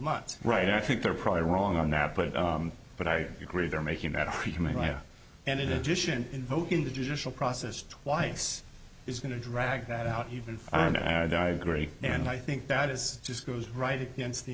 months right i think they're probably wrong on that but but i agree they're making that argument and in addition invoking the judicial process twice is going to drag that out even though i agree and i think that is just goes right against the